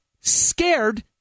Scared